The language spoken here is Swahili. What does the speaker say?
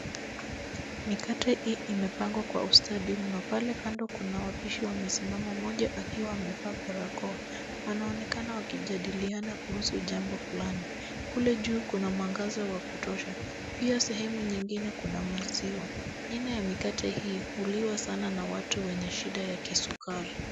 Mikate hii imepangwa kwa ustadi mno pale kando kuna wapishi wamesimama mmoja akiwa amevaa barakoa, wanaonekana wakijadiliana kuhusu jambo fulani, kule juu kuna mwangaza wa kutosha pia sehemu nyingine kuna maziwa , aina ya mikate hii huliwa sana na watu wenye shida ya kisukari .